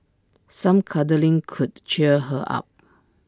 some cuddling could cheer her up